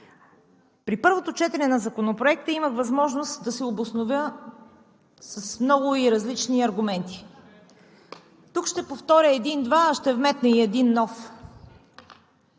При първото четене на Законопроекта имах възможност да се обоснова с много и различни аргументи. Тук ще повторя един-два, а ще вметна и един нов.